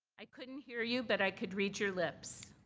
i couldn't hear you, but i could read your lips.